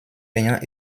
ayant